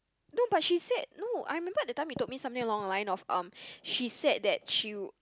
no but she said no I remembered that time you told me something along the line of um she said that she would